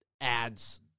ads